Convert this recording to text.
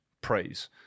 praise